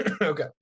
Okay